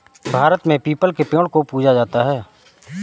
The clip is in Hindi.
भारत में पीपल के पेड़ को पूजा जाता है